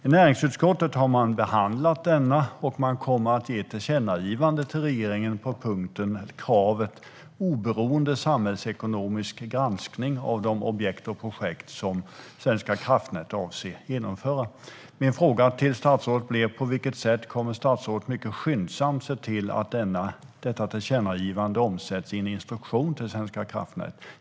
I näringsutskottet har man behandlat denna rapport, och man kommer att ge ett tillkännagivande till regeringen på punkten - eller kravet - oberoende samhällsekonomisk granskning av de objekt och projekt som Svenska kraftnät avser att genomföra. Min fråga till statsrådet är: På vilket sätt kommer statsrådet mycket skyndsamt att se till att detta tillkännagivande omsätts i en instruktion till Svenska kraftnät?